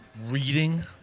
reading